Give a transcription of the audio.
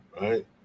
right